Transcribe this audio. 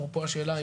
אפרופו השאלה,